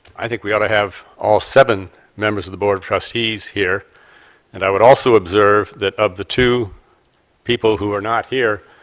i think we ought to have all seven members of the board of trustees here and i would also observe that of the two people who are not here,